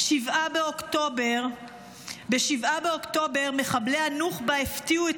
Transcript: ב-7 באוקטובר מחבלי הנוח'בה הפתיעו את